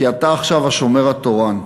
כי אתה עכשיו השומר התורן.